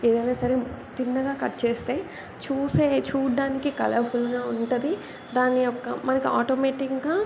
ఏదైనా సరే థిన్నగా కట్ చేస్తే చూసే చూడడానికి కలర్ఫుల్గా ఉంటుంది దాని యొక్క మనకి ఆటోమేటిక్గా